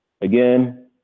Again